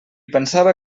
pensava